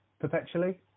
perpetually